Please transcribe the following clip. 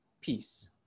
peace